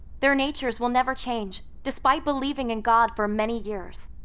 their natures will never change despite believing in god for many years.